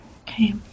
Okay